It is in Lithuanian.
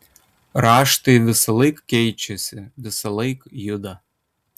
raštai visąlaik keičiasi visąlaik juda